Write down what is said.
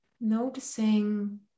noticing